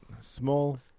Small